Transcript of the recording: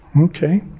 Okay